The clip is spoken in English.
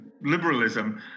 liberalism